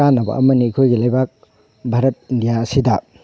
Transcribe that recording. ꯀꯥꯟꯅꯕ ꯑꯃꯅꯤ ꯑꯩꯈꯣꯏꯒꯤ ꯂꯩꯕꯥꯛ ꯚꯥꯔꯠ ꯏꯟꯗꯤꯌꯥ ꯑꯁꯤꯗ